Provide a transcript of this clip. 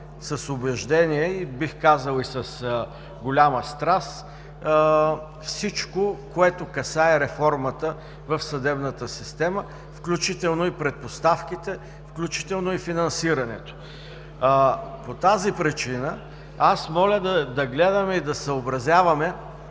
с убеждение, бих казал и с голяма страст, всичко, което касае реформата в съдебната система, включително и предпоставките, включително и финансирането. По тази причина аз моля да гледаме и да съобразяваме